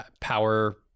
power